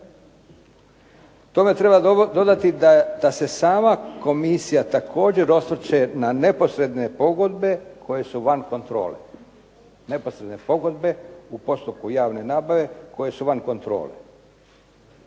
Tome treba dodati da se sama komisija osvrće na neposredne pogodbe koje su van kontrole. Neposredne pogodbe u postupku javne nabave koje su van kontrole.